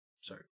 Sorry